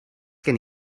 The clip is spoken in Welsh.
gen